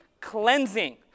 Cleansing